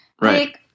right